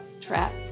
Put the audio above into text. trap